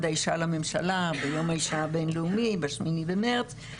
האישה לממשלה ביום האישה הבין-לאומי ב-8 במרס,